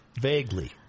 Vaguely